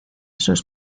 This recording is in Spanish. sus